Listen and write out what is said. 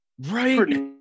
Right